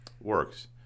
works